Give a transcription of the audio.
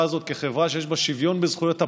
הזאת כחברה שיש בה שוויון בזכויות הפרט,